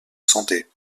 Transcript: santé